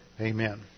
Amen